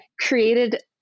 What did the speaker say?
created